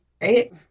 Right